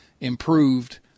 improved